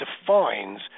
defines